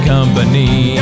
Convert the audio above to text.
Company